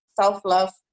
self-love